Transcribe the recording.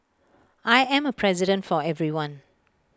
I am A president for everyone